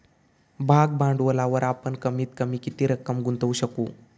भाग भांडवलावर आपण कमीत कमी किती रक्कम गुंतवू शकू?